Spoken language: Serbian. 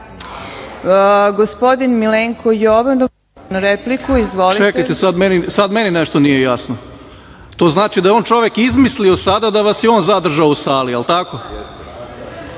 **Milenko Jovanov** Čekajte, sad meni nešto nije jasno. To znači da je on čovek izmislio sada da vas je on zadržao u sali? Jel tako?